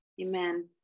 Amen